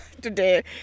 today